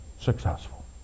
successful